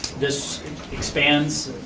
this expands,